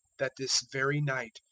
that this very night,